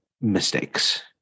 mistakes